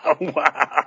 Wow